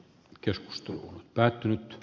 keskustelu on päättynyt